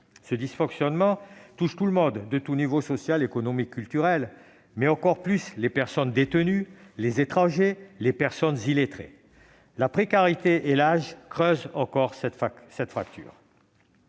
Ces dysfonctionnements touchent tout le monde, quel que soit le milieu social, économique ou culturel, mais encore plus les personnes détenues, les étrangers et les personnes illettrées. La précarité et l'âge creusent encore cette fracture.